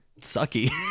sucky